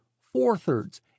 four-thirds